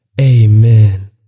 Amen